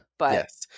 Yes